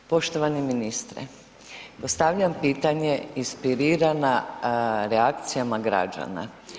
Poštovani ministre, postavljam pitanje inspirirana reakcijama građana.